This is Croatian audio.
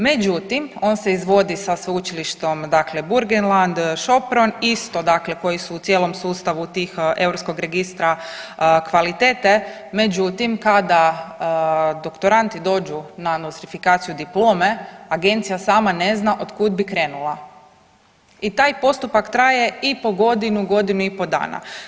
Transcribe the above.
Međutim, on se izvodi sa Sveučilištom dakle Burgenland, Sopron isto dakle koji su u cijelom sustavu tih europskog registra kvalitete, međutim kada doktoranti dođu na nostrifikaciju diplome agencija sama ne zna otkud bi krenula i taj postupak traje i po godinu, godinu i po dana.